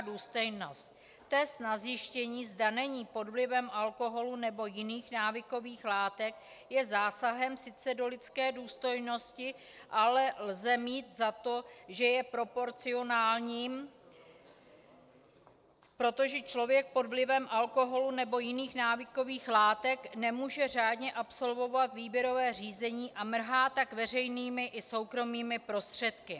Test na zjištění, zda není pod vlivem alkoholu nebo jiných návykových látek, je sice zásahem do lidské důstojnosti, ale lze mít za to, že je proporcionálním, protože člověk pod vlivem alkoholu nebo jiných návykových látek nemůže řádně absolvovat výběrové řízení a mrhá tak veřejnými i soukromými prostředky.